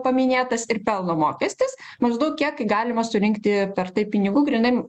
paminėtas ir pelno mokestis maždaug kiek galima surinkti per tai pinigų grynai